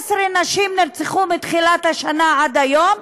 16 נשים נרצחו מתחילת השנה עד היום,